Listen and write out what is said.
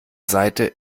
seite